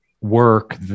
work